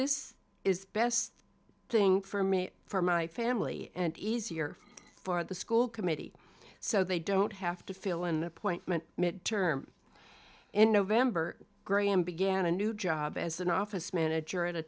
this is best thing for me for my family and easier for the school committee so they don't have to fill an appointment mid term in november graham began a new job as an office manager at a